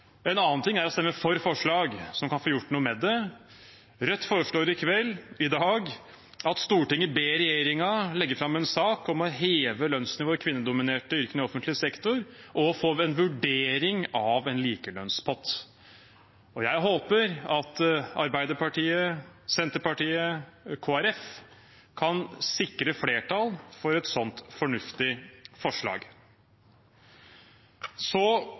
En annen ting er å stemme for forslag som kan få gjort noe med det. Rødt foreslår i dag at Stortinget ber regjeringen legge fram en sak om å heve lønnsnivået i de kvinnedominerte yrkene i offentlig sektor og få en vurdering av en likelønnspott. Jeg håper at Arbeiderpartiet, Senterpartiet og Kristelig Folkeparti kan sikre et flertall for et sånt fornuftig forslag.